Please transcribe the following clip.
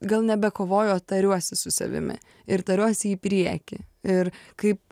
gal nebekovoju o tariuosi su savimi ir tariuosi į priekį ir kaip